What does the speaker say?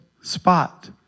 spot